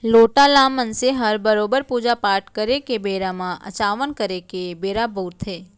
लोटा ल मनसे हर बरोबर पूजा पाट करे के बेरा म अचावन करे के बेरा बउरथे